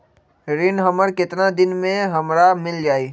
ऋण हमर केतना दिन मे हमरा मील जाई?